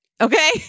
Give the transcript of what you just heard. Okay